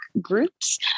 groups